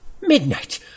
Midnight